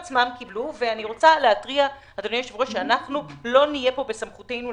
אנחנו אמנם לא נהיה פה כדי לפקח,